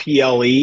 PLE